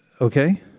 Okay